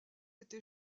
été